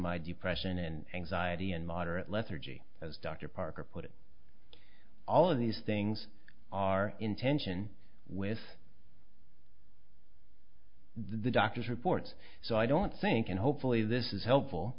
my depression and anxiety and moderate lethargy as dr parker put it all of these things are in tension with the doctors reports so i don't think and hopefully this is helpful